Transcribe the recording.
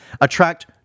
attract